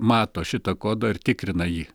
mato šitą kodą ir tikrina jį